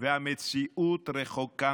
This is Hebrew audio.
והמציאות רחוקה מכך.